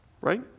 right